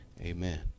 Amen